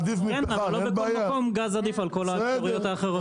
לא בכל מקום גז עדיף על כל האפשרויות האחרות.